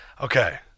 Okay